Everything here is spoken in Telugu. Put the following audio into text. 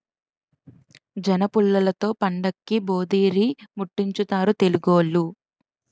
జనపుల్లలతో పండక్కి భోధీరిముట్టించుతారు తెలుగోళ్లు